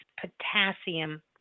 potassium